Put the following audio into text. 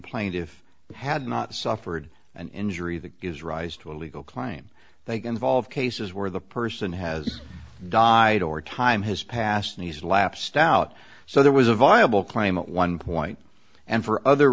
plaintive had not suffered an injury that gives rise to a legal claim they get involved cases where the person has died or time has passed and he's lapsed out so there was a viable claimant one point and for other